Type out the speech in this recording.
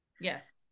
Yes